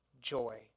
joy